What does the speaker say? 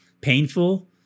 painful